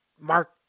Mark